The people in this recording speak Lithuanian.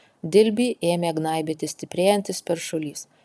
dilbį ėmė gnaibyti stiprėjantis peršulys